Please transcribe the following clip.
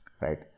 right